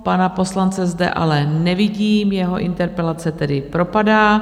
Pana poslance zde ale nevidím, jeho interpelace tedy propadá.